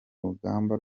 rugamba